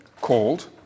called